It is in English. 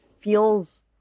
feels